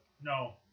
No